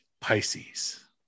Pisces